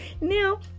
now